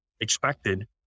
expected